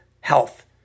health